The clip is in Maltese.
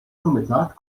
kumitat